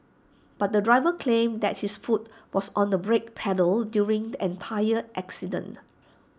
but the driver claimed that his foot was on the brake pedal during the entire accident